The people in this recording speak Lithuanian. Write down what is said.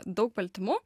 daug baltymų